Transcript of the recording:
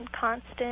constant